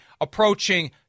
approaching